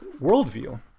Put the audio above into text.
worldview